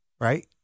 right